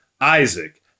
Isaac